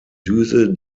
düse